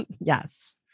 Yes